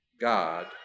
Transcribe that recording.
God